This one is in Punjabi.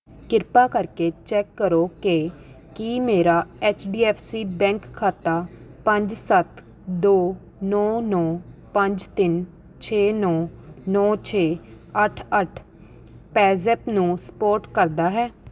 ਕ੍ਰਿਪਾ ਕਰਕੇ ਚੈੱਕ ਕਰੋ ਕਿ ਕੀ ਮੇਰਾ H D F C bank ਖਾਤਾ ਪੰਜ ਸੱਤ ਦੋ ਨੌਂ ਨੌਂ ਪੰਜ ਤਿੰਨ ਛੇ ਨੌਂ ਨੌਂ ਛੇ ਅੱਠ ਅੱਠ ਪੇਅਜ਼ੈਪ ਨੂੰ ਸਪੋਰਟ ਕਰਦਾ ਹੈ